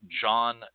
John